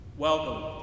Welcome